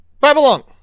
Babylon